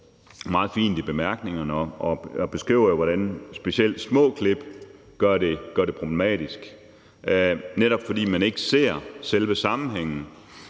meget fint i bemærkningerne og beskriver jo, hvordan specielt små klip gør det problematisk, netop fordi man ikke ser selve sammenhængen.